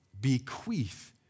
bequeath